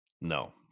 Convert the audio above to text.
No